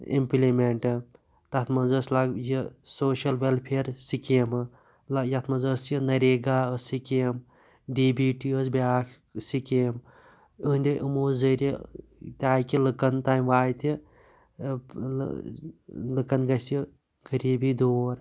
implement تَتھ منٛز أسۍ لگ یہِ شوشَل ولفِیَر سِکیمہٕ یِتھ منٛز أسۍ یہِ NREGA scheme D B T اوس بیاکھ سکیم اہنٛدے إمو ذٔریعہِ تاکہِ لُکَن تانۍ واتہِ لُکَن گَژھہِ یہِ غریبی دور